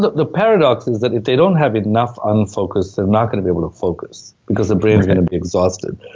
the the paradox is that if they don't have enough unfocus, they're not gonna be able to focus, because the brain's gonna be exhausted.